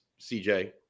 CJ